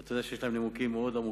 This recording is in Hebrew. אתה יודע שיש להם נימוקים מאוד עמוקים,